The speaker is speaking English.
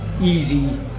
Easy